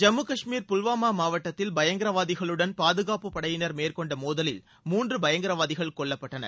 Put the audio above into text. ஜம்மு காஷ்மீர் புல்வாமா மாவட்டத்தில் பயங்கரவாதிகளுடன் பாதுகாப்பு படையினர் மேற்கொண்ட மோதலில் மூன்று பயங்கரவாதிகள் கொல்லப்பட்டனர்